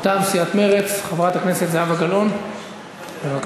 מטעם סיעת מרצ, חברת הכנסת זהבה גלאון, בבקשה.